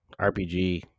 RPG